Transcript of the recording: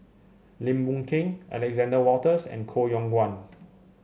Lim Boon Keng Alexander Wolters and Koh Yong Guan